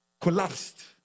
collapsed